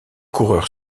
coureur